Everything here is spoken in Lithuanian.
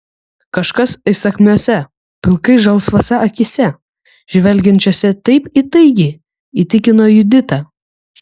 kažkas įsakmiose pilkai žalsvose akyse žvelgiančiose taip įtaigiai įtikino juditą